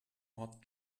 hot